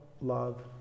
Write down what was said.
love